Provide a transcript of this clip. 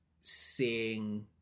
seeing